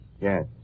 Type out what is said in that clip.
Yes